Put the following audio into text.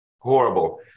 Horrible